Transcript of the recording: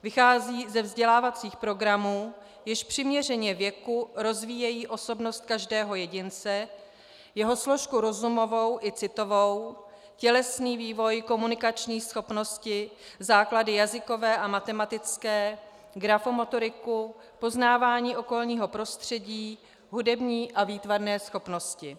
Vychází ze vzdělávacích programů, jež přiměřeně věku rozvíjejí osobnost každého jedince, jeho složku rozumovou i citovou, tělesný vývoj, komunikační schopnosti, základy jazykové a matematické, grafomotoriku, poznávání okolního prostředí, hudební a výtvarné schopnosti.